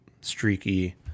streaky